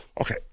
Okay